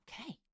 Okay